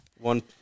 one